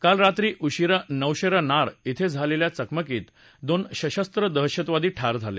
काल रात्री उशिरा नौशेरा नार थें झालेल्या चकमकीत दोन सशस्त्र दहशतवादी ठार झाले